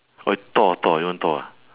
or thor thor you don't want thor ah